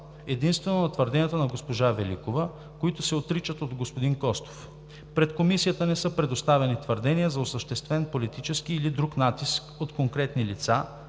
единствено на твърденията на госпожа Великова, които се отричат от господин Костов. Пред Комисията не са представени твърдения за осъществен политически или друг натиск от конкретни лица,